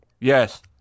Yes